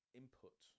input